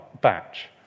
batch